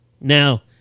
Now